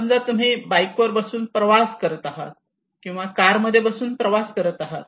समजा तुम्ही बाईक वर बसून प्रवास करत आहात किंवा कार मध्ये बसून प्रवास करत आहात